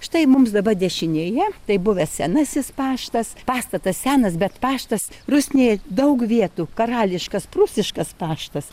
štai mums dabar dešinėje tai buvęs senasis paštas pastatas senas bet paštas rusnėje daug vietų karališkas prūsiškas paštas